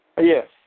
Yes